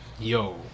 Yo